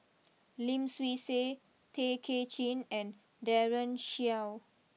Lim Swee Say Tay Kay Chin and Daren Shiau